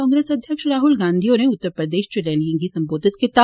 कांग्रेस अध्यक्ष राहुल गांधी होरें उत्तर प्रदेश च रैलिए गी संबोधत कीता